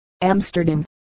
Amsterdam